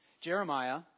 Jeremiah